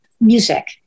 music